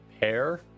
pair